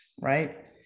right